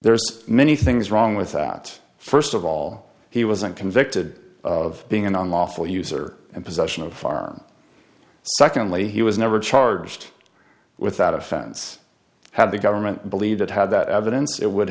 are many things wrong with that first of all he wasn't convicted of being an unlawful user and possession of farm secondly he was never charged with that offense had the government believed it had that evidence it would